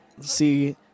see